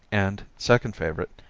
and, second favorite,